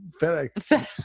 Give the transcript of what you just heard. FedEx